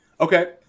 Okay